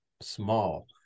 small